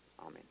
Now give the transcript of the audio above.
amen